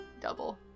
double